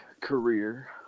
Career